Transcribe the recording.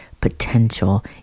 potential